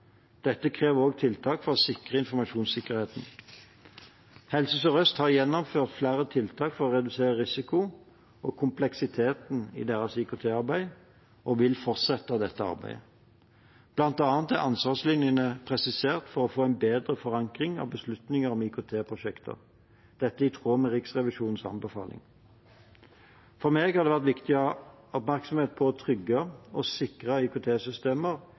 Dette krever også tiltak for å sikre informasjonssikkerheten. Helse Sør-Øst har gjennomført flere tiltak for å redusere risiko og kompleksitet i sitt IKT-arbeid og vil fortsette dette arbeidet. Blant annet er ansvarslinjene presisert for å få en bedre forankring av beslutninger om IKT-prosjekter. Dette er i tråd med Riksrevisjonens anbefaling. For meg har det vært viktig å ha oppmerksomhet på trygge og sikre